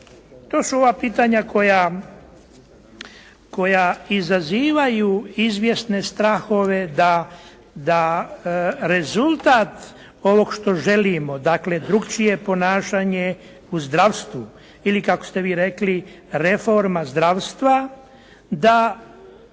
to su ova pitanja koja izazivaju izvjesne strahove da rezultat ovog što želimo dakle drukčije ponašanje u zdravstvu ili kako ste vi rekli reforma zdravstva da